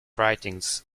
writings